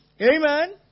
Amen